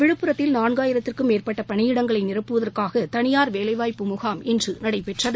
விழுட்புரத்தில் நான்காயிரத்திற்கும் மேற்பட்ட பணியிடங்களை நிரப்புவதற்காக தனியார் வேலைவாய்ப்பு முகாம் இன்று நடைபெற்றது